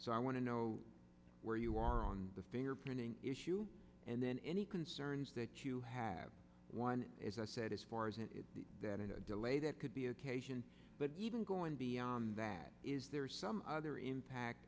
so i want to know where you are on the fingerprinting issue and then any concerns that you have one as i said as far as a delay that could be education but even going beyond that is there some other impact